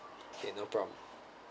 K no problem